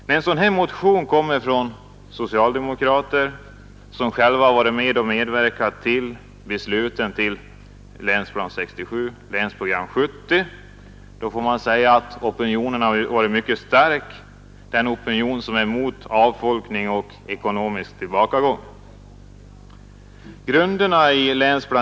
När en sådan här motion kommer från socialdemokrater, som själva har medverkat till besluten om Länsplan 67 och Länsprogram 70, får man säga att opinionen mot avfolkning och ekonomisk tillbakagång har varit mycket stark.